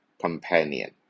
companion